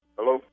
Hello